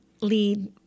lead